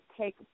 take